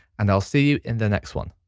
and i'll see you in the next one.